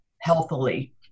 healthily